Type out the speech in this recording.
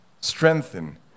strengthen